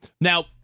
Now